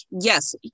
yes